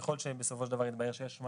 יכול להיות שבסופו של דבר יתבהר שיש אשמה